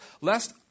lest